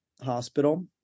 hospital